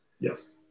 yes